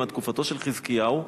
עד תקופתו של חזקיהו,